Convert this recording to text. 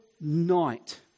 night